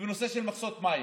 ובנושא של מכסות המים.